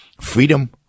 freedom